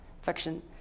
affection